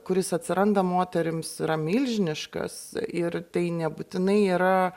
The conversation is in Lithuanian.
kuris atsiranda moterims yra milžiniškas ir tai nebūtinai yra